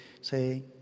say